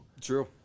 True